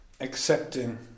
accepting